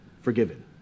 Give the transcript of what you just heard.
forgiven